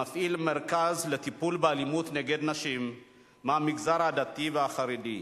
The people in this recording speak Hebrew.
המפעיל מרכז לטיפול באלימות נגד נשים מהמגזר הדתי והחרדי.